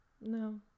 no